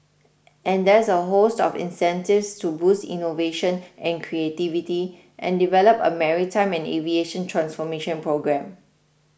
and there's a host of incentives to boost innovation and creativity and develop a maritime and aviation transformation programme